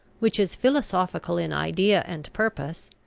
which is philosophical in idea and purpose,